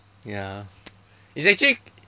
ya it's actually